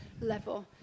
level